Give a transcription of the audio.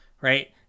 right